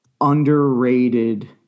underrated